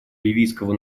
ливийского